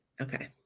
Okay